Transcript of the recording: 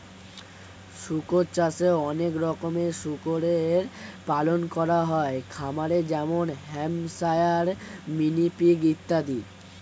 শুকর চাষে অনেক রকমের শুকরের পালন করা হয় খামারে যেমন হ্যাম্পশায়ার, মিনি পিগ ইত্যাদি